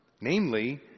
namely